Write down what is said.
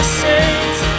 saints